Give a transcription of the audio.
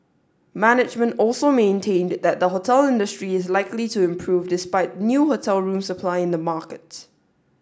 management also maintained that the hotel industry is likely to improve despite new hotel room supply in the market